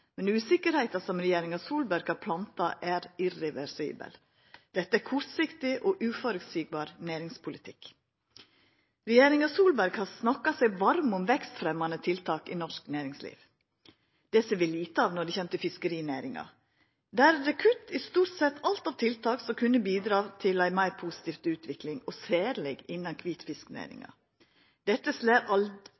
Men usikkerheita regjeringa Solberg har planta, er irreversibel. Dette er kortsiktig og lite føreseieleg næringspolitikk. Regjeringa Solberg har snakka seg varm om vekstfremjande tiltak i norsk næringsliv. Det ser vi lite av når det kjem til fiskerinæringa. Der er det kutt i stort sett alt av tiltak som kunne ha bidrege til ei meir positiv utvikling – særleg innanfor kvitfisknæringa.